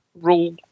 Rule